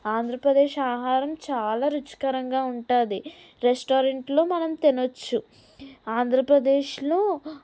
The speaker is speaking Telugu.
ఆంధ్రప్రదేశ్ ఆహారం చాలా రుచికరంగా ఉంటాది రెస్టారెంట్లో మనం తినవచ్చు ఆంధ్రప్రదేశ్లో